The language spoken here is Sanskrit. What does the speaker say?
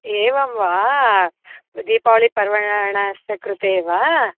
एवं वा दीपावलिपर्वणः कृते वा